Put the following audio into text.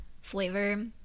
flavor